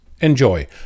Enjoy